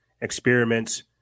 experiments